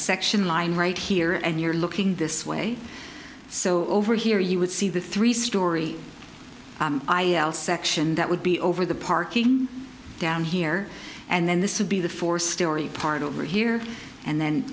section line right here and you're looking this way so over here you would see the three story section that would be over the parking down here and then this would be the four story part over here and then